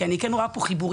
כי אני כן רואה פה חיבורים,